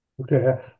Okay